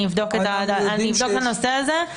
אני אבדוק את הנושא הזה.